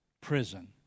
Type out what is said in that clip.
prison